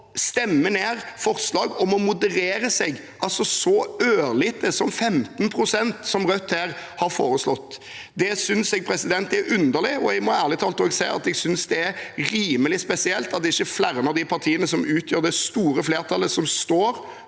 stemmer ned forslag om å moderere seg så ørlite som 15 pst., som Rødt har foreslått. Det syns jeg er underlig, og jeg må ærlig talt si at jeg syns det er rimelig spesielt at ikke flere av de partiene som utgjør det store flertallet som står